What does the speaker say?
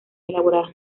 elaboradas